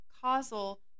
causal